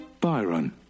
Byron